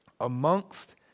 amongst